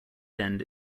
end